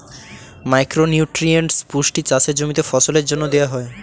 micro nutrients পুষ্টি চাষের জমিতে ফসলের জন্য দেওয়া হয়